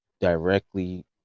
directly